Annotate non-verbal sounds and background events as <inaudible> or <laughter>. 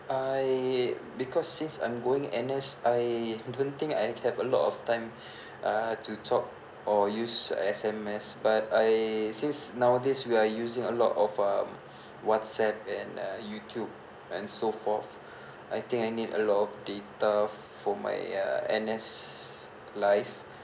I because since I'm going N_S I don't think I have a lot of time <breath> uh to talk or use S_M_S but I since now this we're using a lot of um whatsapp and uh youtube and so forth I think I need a lot of data for my uh N_S life